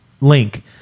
link